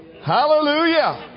Hallelujah